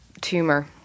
tumor